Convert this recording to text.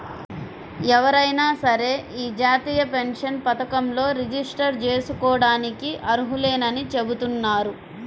ఎవరైనా సరే యీ జాతీయ పెన్షన్ పథకంలో రిజిస్టర్ జేసుకోడానికి అర్హులేనని చెబుతున్నారు